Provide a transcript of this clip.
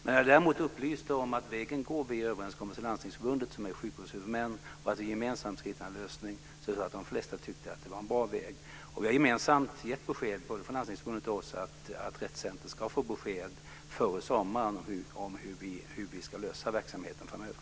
När jag däremot upplyste om att vägen går via överenskommelser med Landstingsförbundet, som är sjukvårdshuvudman, och att vi gemensamt ska hitta en lösning tror jag att de flesta tyckte att det var en bra väg. Vi har gemensamt gett besked, från Landstingsförbundet och departementet, att Rett Center ska få besked före sommaren om hur vi ska klara verksamheten framöver.